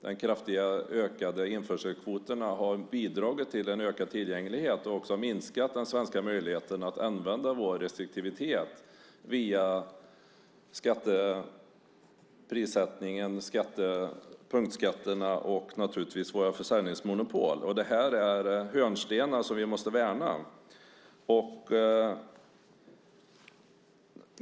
De kraftigt ökade införselkvoterna har bidragit till en ökad tillgänglighet och också minskat vår svenska möjlighet att vara restriktiv via prissättningen, punktskatterna och naturligtvis vårt försäljningsmonopol. Det här är hörnstenar som vi måste värna.